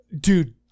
Dude